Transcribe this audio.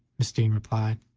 mrs. dean replied.